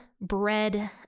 bread